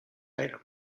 item